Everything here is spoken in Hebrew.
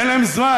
אין להם זמן.